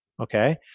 Okay